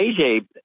AJ